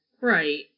Right